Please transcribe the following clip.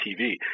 TV